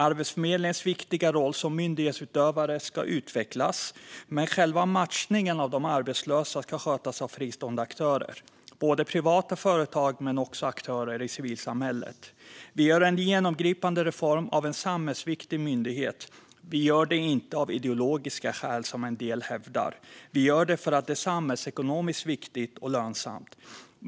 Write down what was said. Arbetsförmedlingens viktiga roll som myndighetsutövare ska utvecklas, men själva matchningen av de arbetslösa ska skötas av fristående aktörer - privata företag men också aktörer i civilsamhället. Vi gör en genomgripande reform av en samhällsviktig myndighet. Vi gör det inte av ideologiska skäl, som en del hävdar, utan vi gör det för att det är samhällsekonomiskt viktigt och lönsamt.